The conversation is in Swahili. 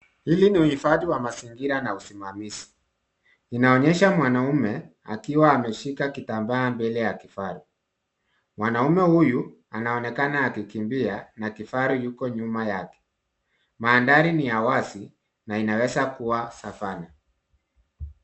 Hili ni uhifadhi wa mazingira na usimamizi, inaonyesha mwanaume akiwa ameshika kitambaa mbele ya kifaru. Mwanaume huyu anaonekana akikimbia na kifaru yuko nyuma yake. Mandhari ni ya wazi na inaweza kuwa savanna.